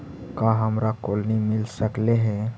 का हमरा कोलनी मिल सकले हे?